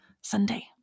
Sunday